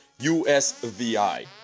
USVI